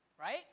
Right